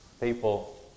People